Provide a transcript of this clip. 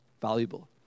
valuable